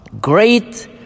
Great